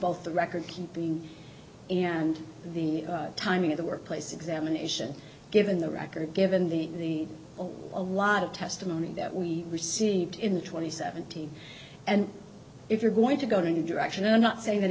both the record keeping and the timing of the workplace examination given the record given the a lot of testimony that we received in the twenty seventeen and if you're going to go to a new direction and not say that